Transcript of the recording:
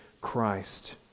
Christ